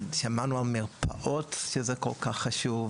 שמענו על מרפאות, שזה כל כך חשוב,